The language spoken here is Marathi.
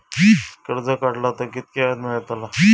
कर्ज काडला तर कीतक्या व्याज मेळतला?